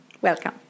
Welcome